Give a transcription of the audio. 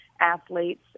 athletes